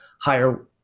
higher